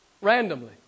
randomly